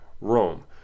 Rome